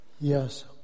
Yes